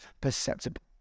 perceptible